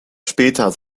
später